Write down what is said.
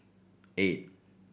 eight